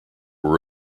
were